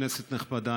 כנסת נכבדה,